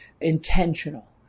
intentional